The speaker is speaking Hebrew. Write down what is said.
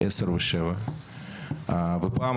אחת בת עשר ואחת בת שבע.